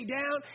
down